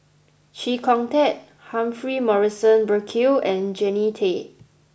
Chee Kong Tet Humphrey Morrison Burkill and Jannie Tay